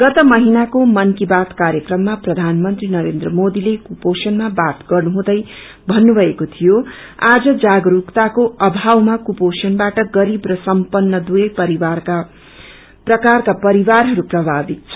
गत महीनाको मन की बात कार्यक्रममा प्रवानमन्त्री नरेन्द्र मोदीले कुपोषणमा बात गर्नु हुँदै भन्नुभएको थियो आज जागस्कताको अभावमा कुपोषणबाट गरीब र सम्पन्न दुवै प्रकारका परिवारहरू प्रभावित छन्